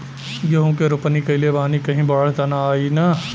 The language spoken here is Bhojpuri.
गेहूं के रोपनी कईले बानी कहीं बाढ़ त ना आई ना?